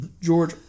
George